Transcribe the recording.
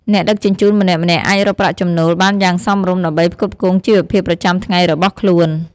អ្នកដឹកជញ្ជូនម្នាក់ៗអាចរកប្រាក់ចំណូលបានយ៉ាងសមរម្យដើម្បីផ្គត់ផ្គង់ជីវភាពប្រចាំថ្ងៃរបស់ខ្លួន។